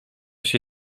się